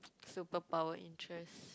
superpower interest